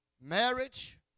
Marriage